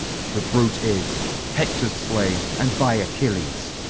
the bruit is hector's slain, and by achilles.